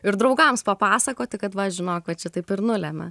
ir draugams papasakoti kad va žinok va čia taip ir nulemia